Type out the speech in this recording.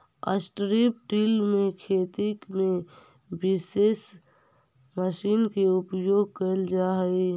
strip till में खेती में विशेष मशीन के उपयोग कैल जा हई